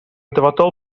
dyfodol